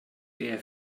eher